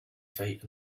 fight